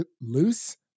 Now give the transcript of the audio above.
loose